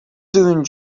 doing